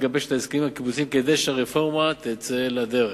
לגבש את ההסכמים הקיבוציים כדי שהרפורמה תצא לדרך.